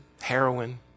heroin